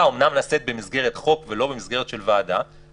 אומנם נעשית במסגרת חוק ולא במסגרת של ועדה,